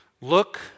Look